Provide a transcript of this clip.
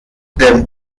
dem